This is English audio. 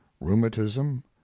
rheumatism